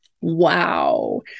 Wow